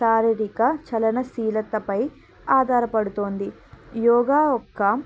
శారీరిక చలనశీలతపై ఆధారపడుతోంది యోగా యొక్క